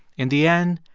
in the end,